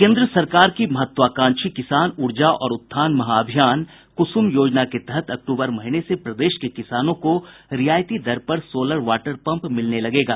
केन्द्र सरकार की महत्वाकांक्षी किसान ऊर्जा और उत्थान महाअभियान कुसुम योजना के तहत अक्टूबर महीने से प्रदेश के किसानों को रियायती दर पर सोलर वाटर पम्प मिलने लगेगा